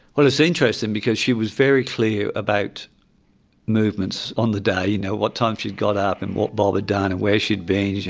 well, it's interesting because she was very clear about movements on the day, you know what time she'd got up and what bob had done and where she'd been.